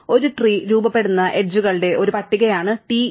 അതിനാൽ ഒരു ട്രീ രൂപപ്പെടുന്ന എഡ്ജുകളുടെ ഒരു പട്ടികയാണ് T E